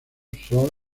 son